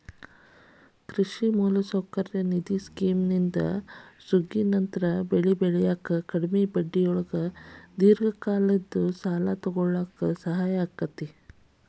ಕೃಷಿ ಮೂಲಸೌಕರ್ಯ ನಿಧಿ ಸ್ಕಿಮ್ನಿಂದ ಸುಗ್ಗಿನಂತರದ ಬೆಳಿ ಬೆಳ್ಯಾಕ ಕಡಿಮಿ ಬಡ್ಡಿಯೊಳಗ ದೇರ್ಘಾವಧಿ ಸಾಲ ತೊಗೋಳಾಕ ಸಹಾಯ ಆಕ್ಕೆತಿ